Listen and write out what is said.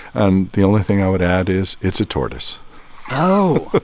and the only thing i would add is it's a tortoise oh,